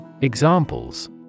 Examples